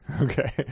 Okay